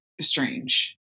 strange